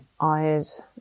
eyes